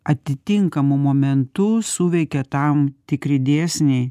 atitinkamu momentu suveikia tam tikri dėsniai